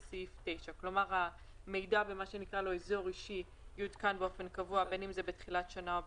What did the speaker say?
סעיף 9". כלומר המידע והאזור האישי יעודכן באופן קבוע בתחילת שנה או